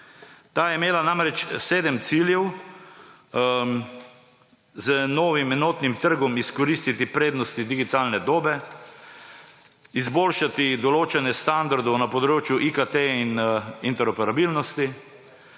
Ta je imela namreč sedem ciljev: z novim enotnim trgom izkoristiti prednosti digitalne dobe, izboljšati določene standarde na področju IKT in interoperabilnosti,